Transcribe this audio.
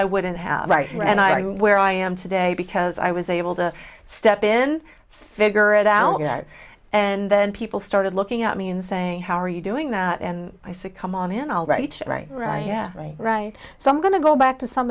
i wouldn't have right where i am today because i was able to step in figure it out and then people started looking at me and saying how are you doing that and i said come on in all right right right right right so i'm going to go back to some